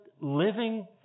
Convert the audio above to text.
living